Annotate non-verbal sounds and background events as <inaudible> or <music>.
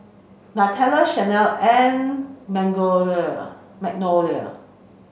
Nutella Chanel and <unintelligible> Magnolia